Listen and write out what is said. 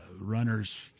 runners